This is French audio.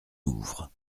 ouvre